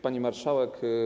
Pani Marszałek!